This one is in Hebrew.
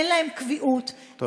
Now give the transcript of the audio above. אין להם קביעות, תודה.